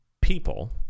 people